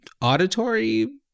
auditory